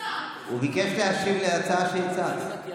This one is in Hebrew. הוא ביקש להשיב על ההצעה שהצעת.